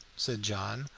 said john,